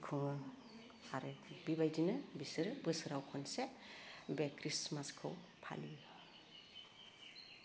खुङो आरो बेबायदिनो बिसोरो बोसोराव खनसे बे क्रिसमासखौ फालियो